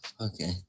Okay